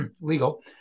legal